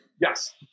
yes